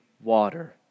water